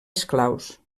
esclaus